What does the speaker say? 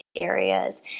areas